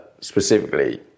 specifically